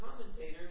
commentators